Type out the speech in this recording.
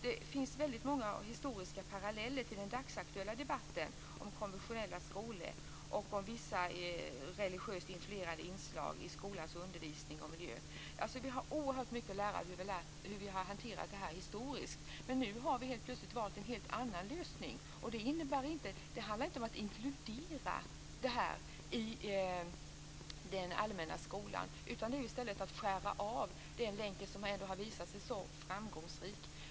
Det finns väldigt många historiska paralleller till den dagsaktuella debatten om konfessionella skolor och om vissa religiöst influerade inslag i skolans undervisning och miljö. Vi har alltså oerhört mycket att lära av hur vi har hanterat det här historiskt, men nu har vi helt plötsligt valt en helt annan lösning. Det handlar inte om att inkludera detta i den allmänna skolan, utan det är i stället att skära av den länk som ändå har visat sig så framgångsrik.